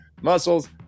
muscles